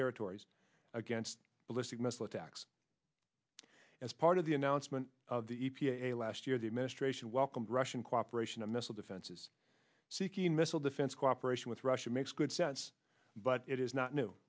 territories against ballistic missile attacks as part of the announcement of the e p a last year the administration welcomed russian cooperation of missile defense is seeking missile defense cooperation with russia makes good sense but it is not new